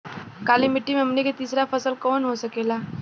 काली मिट्टी में हमनी के तीसरा फसल कवन हो सकेला?